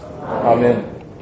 Amen